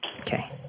Okay